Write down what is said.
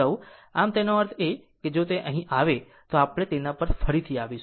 આમ તેનો અર્થ એ કે જો અહીં આવે તો આપણે તેના પર ફરીથી આવીશું